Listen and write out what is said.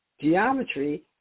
geometry